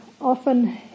often